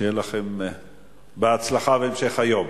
שיהיה לכם בהצלחה בהמשך היום.